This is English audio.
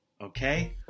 Okay